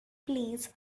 please